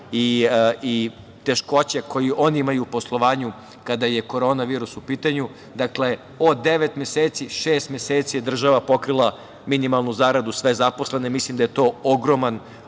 i teškoće koje oni imaju u poslovanju kada je korona virus u pitanju. Dakle, od devet meseci, šest meseci je država pokrila minimalnu zaradu i sve zaposlene. Mislim da je to ogroman